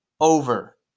over